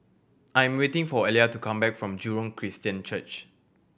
I am waiting for Elia to come back from Jurong Christian Church